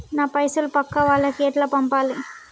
నా పైసలు పక్కా వాళ్లకి ఎట్లా పంపాలి?